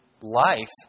life